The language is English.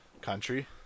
country